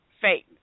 faith